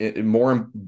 More